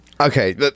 Okay